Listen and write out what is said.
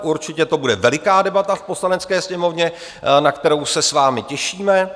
Určitě to bude veliká debata v Poslanecké sněmovně, na kterou se s vámi těšíme.